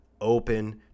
open